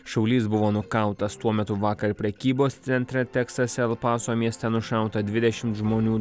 šaulys buvo nukautas tuo metu vakar prekybos centre teksase el paso mieste nušauta dvidešimt žmonių